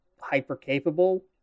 hyper-capable